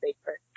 favorite